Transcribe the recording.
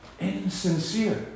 Insincere